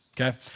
okay